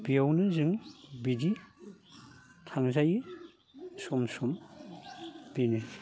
बेयावनो जों बिदि थांजायो सम सम बेनो